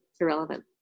irrelevant